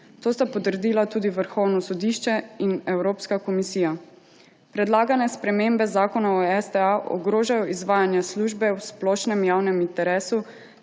To sta potrdila tudi Vrhovno sodišče in Evropska komisija. Predlagane spremembe Zakona o STA ogrožajo izvajanje službe v splošnem javnem interesu,